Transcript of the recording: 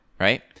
right